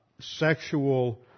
sexual